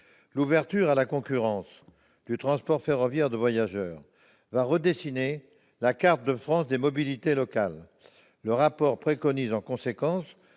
L'ouverture à la concurrence du transport ferroviaire de voyageurs va redessiner la carte de France des mobilités locales. Le rapport préconise en conséquence